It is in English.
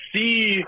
see